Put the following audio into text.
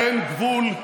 אין גבול,